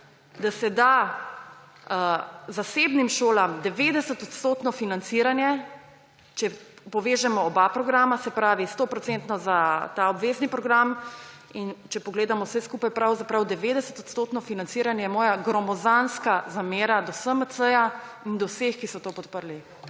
da se da zasebnim šolam 90-odstotno financiranje, če povežemo oba programa, se pravi stoprocentno za ta obvezni program, in če pogledamo vse skupaj, pravzaprav 90-odstotno financiranje, je moja gromozanska zamera do SMC in do vseh, ki so to podprli.